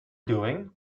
doing